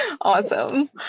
Awesome